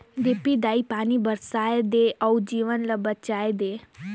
देपी दाई पानी बरसाए दे अउ जीव ल बचाए दे